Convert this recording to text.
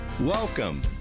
Welcome